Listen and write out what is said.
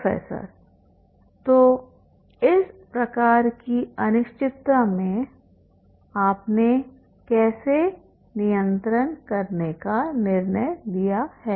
professor तो इस प्रकार की अनिश्चितता में आपने कैसे नियंत्रण करने का निर्णय लिया है